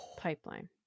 pipeline